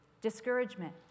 Discouragement